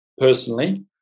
personally